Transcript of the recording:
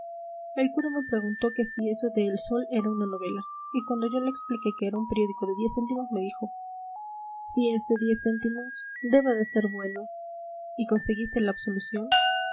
el cura me preguntó que si eso de el sol era una novela y cuando yo le expliqué que era un periódico de diez céntimos me dijo si es de diez céntimos debe de ser bueno y conseguiste la absolución